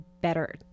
better